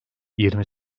yirmi